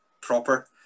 proper